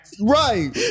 right